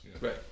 Right